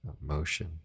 motion